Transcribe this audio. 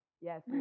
Yes